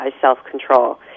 self-control